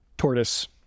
tortoise